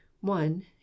one